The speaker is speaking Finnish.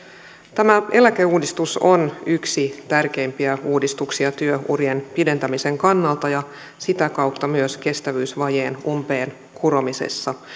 tämä eläkeuudistus on yksi tärkeimpiä uudistuksia työurien pidentämisen kannalta ja sitä kautta myös kestävyysvajeen umpeen kuromisessa